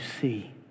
see